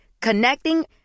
Connecting